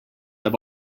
i’ve